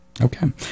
Okay